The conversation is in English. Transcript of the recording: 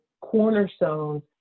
cornerstones